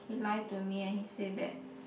he lied to me and he say that